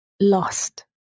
lost